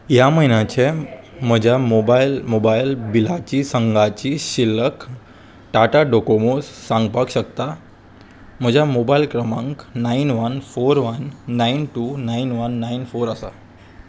ह्या म्हयन्याचे म्हज्या मोबायल मोबायल बिलाची संघाची शिल्लक टाटा डोकोमोस सांगपाक शकता म्हज्या मोबायल क्रमांक nine one four one nine two nine one nine four आसा